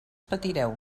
patireu